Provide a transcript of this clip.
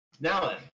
Now